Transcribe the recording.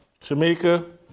Shamika